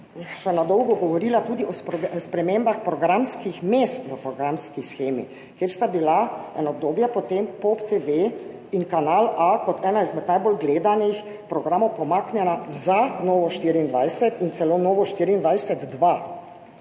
še na dolgo govorila tudi o spremembah programskih mest v programski shemi, kjer sta bila eno obdobje potem Pop TV in Kanal A kot ena izmed najbolj gledanih programov pomaknjena za Novo24 in celo Novo24 2.